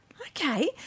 Okay